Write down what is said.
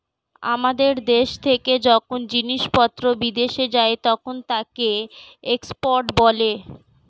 আমাদের দেশ থেকে যখন জিনিসপত্র বিদেশে যায় তখন তাকে এক্সপোর্ট বলে